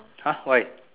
!huh! why